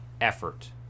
effort